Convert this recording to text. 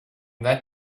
that